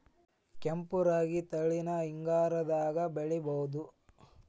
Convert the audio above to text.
ಕೆಂಪ ರಾಗಿ ತಳಿನ ಹಿಂಗಾರದಾಗ ಬೆಳಿಬಹುದ?